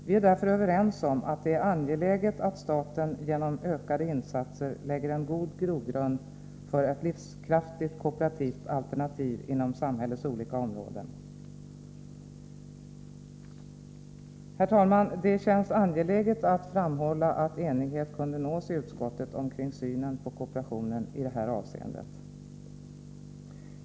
Vi är därför överens om att det är angeläget att staten genom ökade insatser lägger en god grogrund för ett livskraftigt kooperativt alternativ inom samhällets olika områden. Herr talman! Det känns angeläget att framhålla att enighet kunde nås i utskottet kring synen på kooperationen i det här hänseendet.